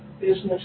business